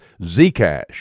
Zcash